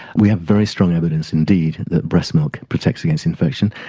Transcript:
we have very strong evidence indeed that breast milk protects against infection.